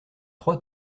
trois